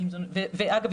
ואגב,